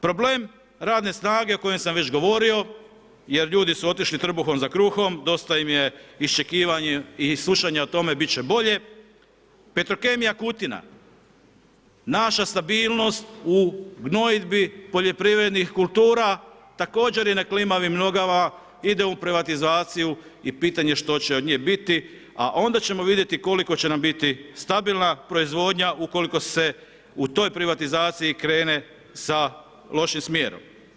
Problem radne snage o kojem sam već govorio, jer ljudi su otišli trbuhom za kruhom, dosta im je iščekivanja i slušanja o tome bit će bolje, Petrokemija Kutina, naša stabilnost u gnojidbi poljoprivrednih kultura također je na klimavim nogama, ide u privatizaciju i pitanje što će od njih biti, a onda ćemo vidjeti koliko će nam biti stabilna proizvoda ukoliko se u toj privatizaciji krene sa lošim smjerom.